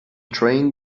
train